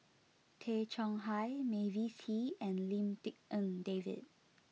Tay Chong Hai Mavis Hee and Lim Tik En David